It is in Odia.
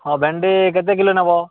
ହଁ ଭେଣ୍ଡି କେତେ କିଲୋ ନବ